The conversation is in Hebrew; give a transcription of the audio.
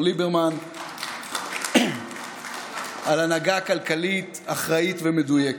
ליברמן על הנהגה כלכלית אחראית ומדויקת.